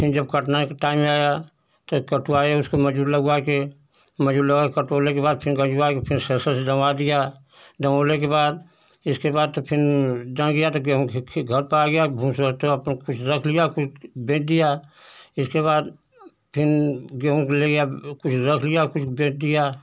फिर जब कटने का टाइम आया फिर कटवाए उसको मज़दूर लगवाकर मज़दूर लगवाकर कटवैले के बाद फिर गढ़वाई फिर से डँगवा दिया डँगौले के बाद इसके बाद तो फिर डँग गया तो गेहूँ खे खे घर पर आ गया फिर रख लिया फिर बेच दिया इसके बाद फिर गेहूँ ले गया कुछ रख लिया कुछ बेच दिया